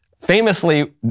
famously